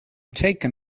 taken